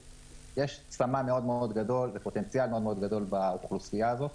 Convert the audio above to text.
יש צמא מאוד מאוד גדול ופוטנציאל מאוד מאוד גדול באוכלוסייה הזאת.